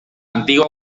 antigua